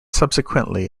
subsequently